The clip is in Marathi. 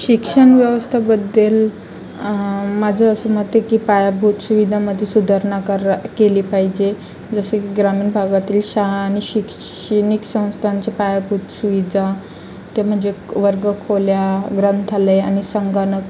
शिक्षण व्यवस्थेबद्दल माझं असं मत आहे की पायाभूत सुविधामध्ये सुधारणा करा केली पाहिजे जसं की ग्रामीण भागातील शाळा आणि शैक्षणिक संस्थांचे पायाभूत सुविधा त्या म्हणजे वर्ग खोल्या ग्रंथालय आणि संगणक